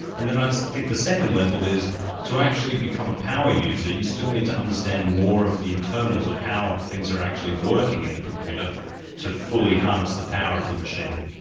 and then i think the second level is to actually become a power user you still need to understand more of the internals of how things are actually working in the computer to fully harness the power of the machine.